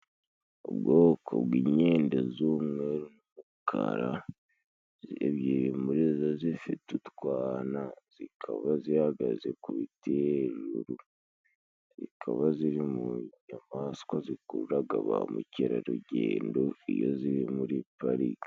Ubwoko bw'inyende z'umweru n'umukara ebyiri muri zo zifite utwana zikaba zihagaze ku biti hejuru zikaba ziri mu nyamaswa zikururaga ba Mukerarugendo iyo ziri muri pariki.